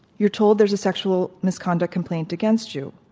you're told there's a sexual misconduct complaint against you.